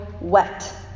Wet